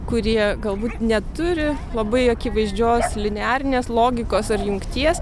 kurie galbūt neturi labai akivaizdžios linearinės logikos ar jungties